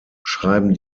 beschreiben